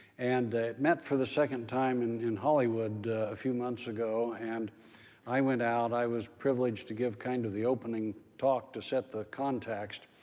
and it met for the second time and in hollywood a few months ago, and i went out. i was privileged to give kind of the opening talk to set the context.